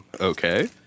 okay